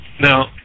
Now